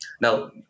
Now